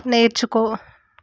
నేర్చుకో